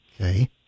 Okay